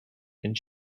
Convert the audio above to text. and